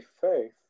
faith